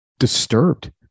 disturbed